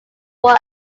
war